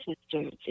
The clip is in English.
sisters